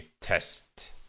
Test